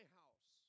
house